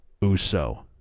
Uso